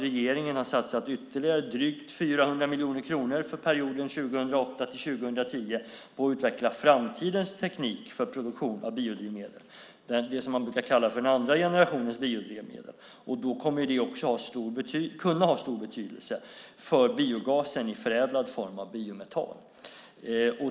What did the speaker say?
Regeringen har satsat ytterligare drygt 400 miljoner kronor för perioden 2008-2010 för att utveckla framtidens teknik för produktion av biodrivmedel, det som brukar kallas andra generationens biodrivmedel. Då kommer det att ha stor betydelse för biogasen i förädlad form, nämligen biometan.